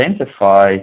identify